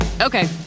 Okay